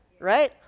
right